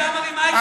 זה מה שאתם.